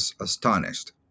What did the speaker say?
astonished